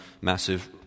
massive